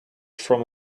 from